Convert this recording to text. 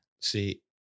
See